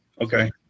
Okay